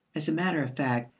as a matter of fact,